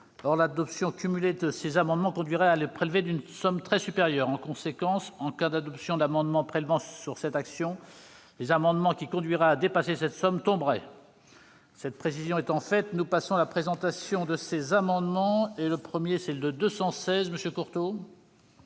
Or l'adoption cumulée de ces amendements conduirait à la prélever d'une somme très supérieure. En conséquence, en cas d'adoption d'amendements prélevant sur cette action, les amendements qui conduiraient à dépasser cette somme tomberaient. Cette précision faite, nous passons à la présentation des amendements. L'amendement n° II-216 rectifié,